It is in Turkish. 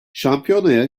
şampiyonaya